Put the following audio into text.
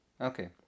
Okay